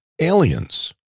aliens